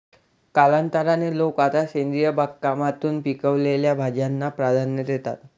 कालांतराने, लोक आता सेंद्रिय बागकामातून पिकवलेल्या भाज्यांना प्राधान्य देतात